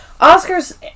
Oscar's